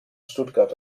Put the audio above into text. stuttgart